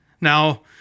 Now